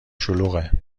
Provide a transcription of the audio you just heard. شلوغه